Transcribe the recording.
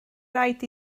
raid